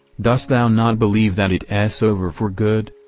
dost thou not believe that it s over for good?